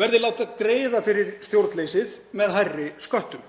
verði látinn greiða fyrir stjórnleysið með hærri sköttum